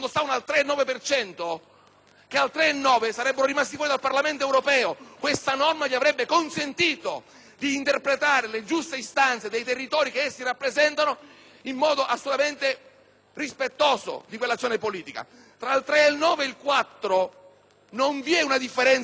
che al 3,9 per cento sarebbero rimasti fuori dal Parlamento europeo: questa norma non avrebbe loro consentito di interpretare le giuste istanze dei territori che essi rappresentano in modo assolutamente rispettoso di quell'azione politica. Tra il 3,9 e il 4 per cento non vi è una differenza di qualità democratica